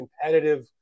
competitive